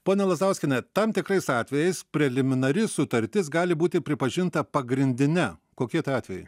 ponia lazauskiene tam tikrais atvejais preliminari sutartis gali būti pripažinta pagrindine kokie tai atvejai